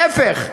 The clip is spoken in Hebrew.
להפך,